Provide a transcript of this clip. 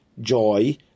joy